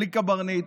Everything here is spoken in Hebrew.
בלי קברניט,